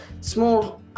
Small